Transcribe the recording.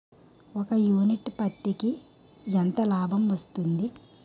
ఒక యూనిట్ పత్తికి ఎంత లాభం వస్తుంది?